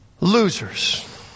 losers